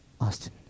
Austin